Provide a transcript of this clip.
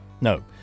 no